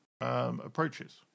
approaches